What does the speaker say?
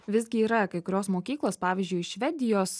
visgi yra kai kurios mokyklos pavyzdžiui švedijos